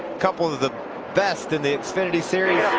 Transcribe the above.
couple of the pest in the xfinity series.